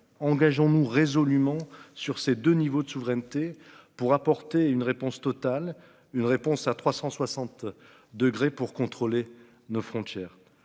engageons-nous résolument sur ces 2 niveaux de souveraineté pour apporter une réponse totale. Une réponse à 360 degrés pour contrôler nos frontières.